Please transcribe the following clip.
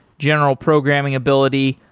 general programming ability,